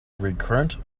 recurrent